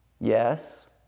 Yes